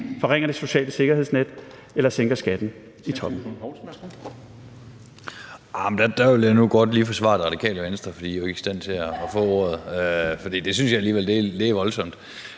forringer det sociale sikkerhedsnet eller sænker skatten i toppen.